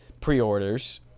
pre-orders